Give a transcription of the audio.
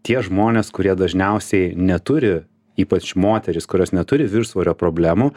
tie žmonės kurie dažniausiai neturi ypač moterys kurios neturi viršsvorio problemų